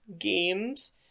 games